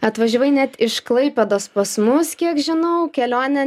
atvažiavai net iš klaipėdos pas mus kiek žinau kelionė